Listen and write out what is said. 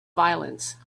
violence